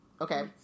Okay